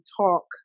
talk